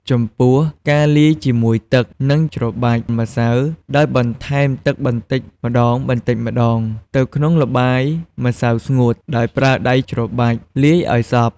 ចំពោះការលាយជាមួយទឹក និងច្របាច់ម្សៅដោយបន្ថែមទឹកបន្តិចម្តងៗទៅក្នុងល្បាយម្សៅស្ងួត ដោយប្រើដៃច្របាច់លាយឱ្យសព្វ។